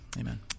amen